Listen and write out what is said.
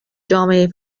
جامعه